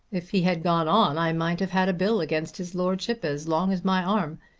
if he had gone on i might have had a bill against his lordship as long as my arm.